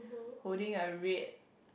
holding a red